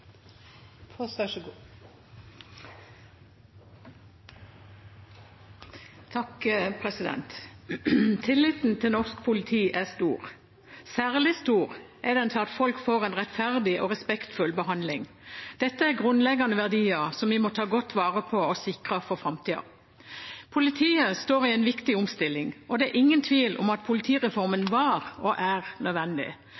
den til at folk får en rettferdig og respektfull behandling. Dette er grunnleggende verdier som vi må ta godt vare på og sikre for framtiden. Politiet står i en viktig omstilling, og det er ingen tvil om at